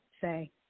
say